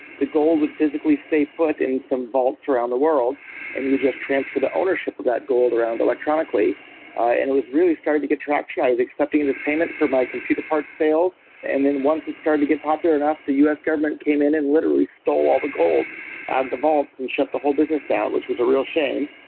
the gold would physically stay put in some vaults around the world and you would just transfer the ownership of that gold around electronically electronically it was really starting to get traction. i was accepting this payment for my computer part sales, and then once it started to get popular enough, the us government came in and literally stole all the gold out of the vaults and shut the whole business down, which was a real shame.